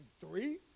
three